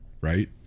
right